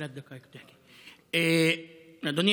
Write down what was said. אדוני